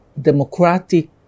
democratic